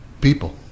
people